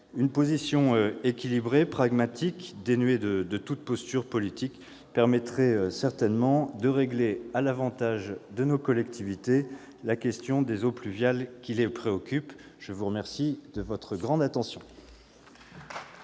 Une position équilibrée, pragmatique, dénuée de toute posture politique permettrait certainement de régler au bénéfice de nos collectivités la question des eaux pluviales qui les préoccupe. La parole est à M.